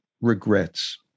regrets